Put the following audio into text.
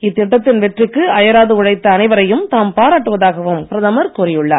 இத்திட்டத்தின் வெற்றிக்கு அயராது உழைத்த அனைவரையும் தாம் பாராட்டுவதாகவும் பிரதமர் கூறியுள்ளார்